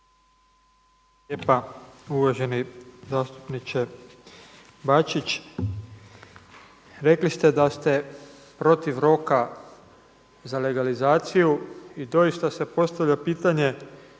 lijepa uvaženi zastupniče Bačić. Rekli ste da ste protiv roka za legalizaciju i doista se postavlja pitanje